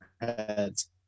heads